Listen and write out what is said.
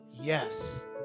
Yes